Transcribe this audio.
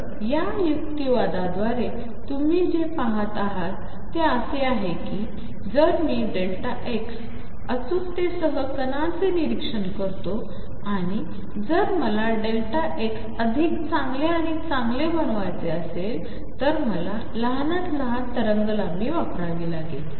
तर यायुक्तिवादाद्वारेतुम्हीजेपाहतातेअसेआहेकीजरमीxअचूकतेसहकणांचेनिरीक्षणकरतोआणिजरमलाx अधिकचांगलेआणिचांगलेबनवायचेअसेलतरमलालहानातलहानतरंगलांबीवापरावीलागेल